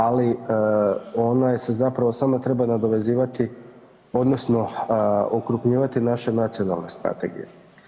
Ali ona se zapravo samo treba nadovezivati odnosno okrupnjivati naše nacionalne strategije.